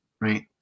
Right